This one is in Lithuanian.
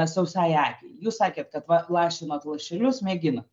sausai akiai jūs sakėt kad vat lašinot lašelius mėginot